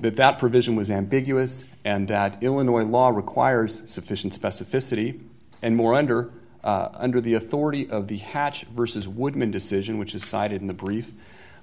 that that provision was ambiguous and that illinois law requires sufficient specificity and more under under the authority of the hatch versus woodmen decision which is cited in the brief